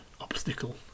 obstacle